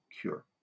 cure